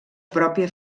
pròpia